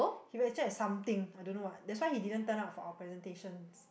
he actually has something I don't know what that's why he didn't turn up for our presentations